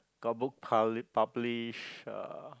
got book pub~ publish uh